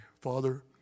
father